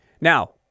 Now